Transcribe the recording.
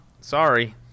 sorry